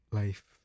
life